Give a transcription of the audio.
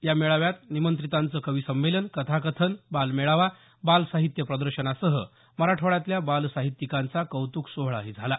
या मेळाव्यात निमंत्रितांचं कवीसंमेलन कथाकथन बालमेळावा बालसाहित्य प्रदर्शनासह मराठवाड्यातल्या बालसाहित्यिकांचा कौत्क सोहळाही झाला